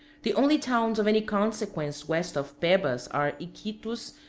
the only towns of any consequence west of pebas are iquitos,